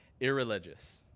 irreligious